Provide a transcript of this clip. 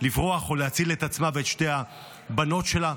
לברוח ולהציל את עצמה ואת שתי הבנות שלה,